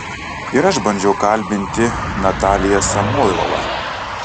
ir aš bandžiau kalbinti nataliją samoilovą